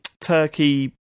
turkey